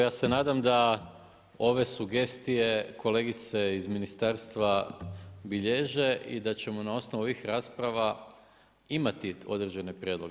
Ja se nadam da ove sugestije kolegice iz ministarstva bilježe i da ćemo na osnovu ovih rasprava imati određene prijedloge.